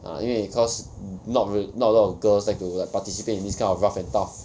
ah 因为 cause not re~ not a lot of girls like to participate in this kind of rough and tough